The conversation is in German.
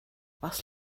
was